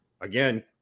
again